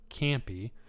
campy